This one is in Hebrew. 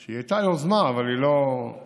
היא הייתה יוזמה אבל היא לא הותנעה.